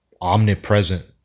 omnipresent